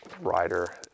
Rider